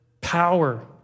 power